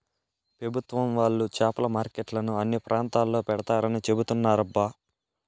పెభుత్వం వాళ్ళు చేపల మార్కెట్లను అన్ని ప్రాంతాల్లో పెడతారని చెబుతున్నారబ్బా